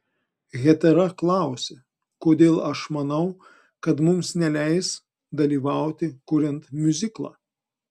hetera klausia kodėl aš manau kad mums neleis dalyvauti kuriant miuziklą